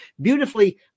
beautifully